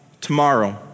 tomorrow